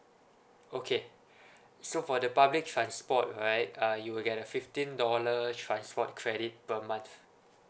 okay so for the public transport right uh you will get a fifteen dollar transport credit per month